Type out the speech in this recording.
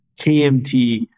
KMT